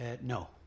No